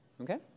Okay